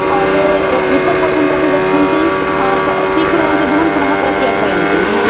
ते वित्तकोषं प्रति गच्छन्ति स्वीकुर्वन्ति धनं पुनः प्रत्यर्पयन्ति